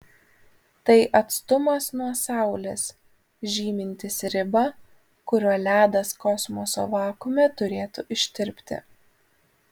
tai atstumas nuo saulės žymintis ribą kuriuo ledas kosmoso vakuume turėtų ištirpti